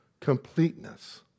completeness